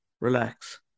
relax